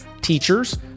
teachers